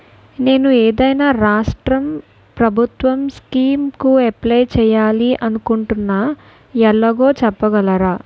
నేను ఏదైనా రాష్ట్రం ప్రభుత్వం స్కీం కు అప్లై చేయాలి అనుకుంటున్నా ఎలాగో చెప్పగలరా?